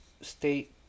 State